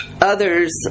Others